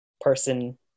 person